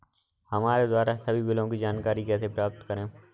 हमारे द्वारा सभी बिलों की जानकारी कैसे प्राप्त करें?